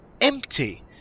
empty